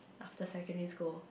after secondary school